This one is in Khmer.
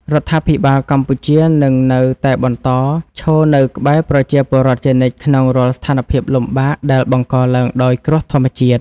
រដ្ឋាភិបាលកម្ពុជានឹងនៅតែបន្តឈរនៅក្បែរប្រជាពលរដ្ឋជានិច្ចក្នុងរាល់ស្ថានភាពលំបាកដែលបង្កឡើងដោយគ្រោះធម្មជាតិ។